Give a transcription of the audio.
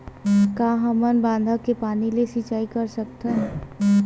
का हमन बांधा के पानी ले सिंचाई कर सकथन?